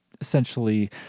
essentially